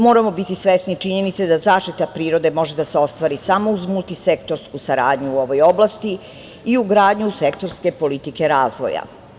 Moramo biti svesni činjenice da zaštita prirode može da se ostvari samo uz multisektorsku saradnju u ovoj oblasti i ugradnju sektorske politike razvoja.